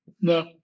No